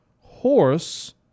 horse